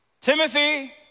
Timothy